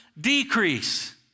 decrease